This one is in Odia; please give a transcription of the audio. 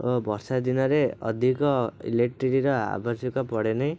ଓ ବର୍ଷା ଦିନରେ ଅଧିକ ଇଲେକ୍ଟ୍ରିର ଆବଶ୍ୟକ ପଡ଼େନି